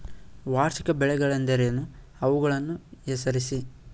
ವಾರ್ಷಿಕ ಬೆಳೆಗಳೆಂದರೇನು? ಅವುಗಳನ್ನು ಹೆಸರಿಸಿ?